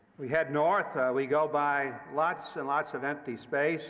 we head north, we go by lots and lots of empty space